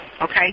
Okay